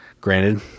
Granted